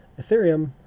Ethereum